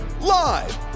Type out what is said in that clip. live